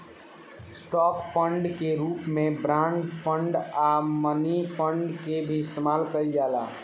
stock fund के रूप में बॉन्ड फंड आ मनी फंड के भी इस्तमाल कईल जाला